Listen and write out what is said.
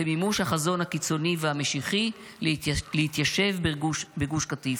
במימוש החזון הקיצוני והמשיחי להתיישב בגוש קטיף.